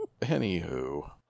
Anywho